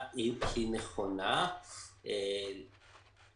אישית את עצמי הייתי מבודד במקרה כזה,